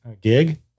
gig